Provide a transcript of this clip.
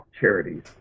charities